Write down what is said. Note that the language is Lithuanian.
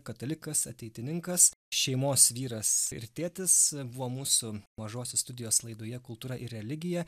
katalikas ateitininkas šeimos vyras ir tėtis buvo mūsų mažosios studijos laidoje kultūra ir religija